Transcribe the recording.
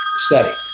study